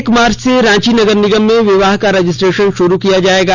एक मार्च से रांची नगर निगम में विवाह का रजिस्ट्रेशन शुरू किया जायेगा